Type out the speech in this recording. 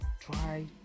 try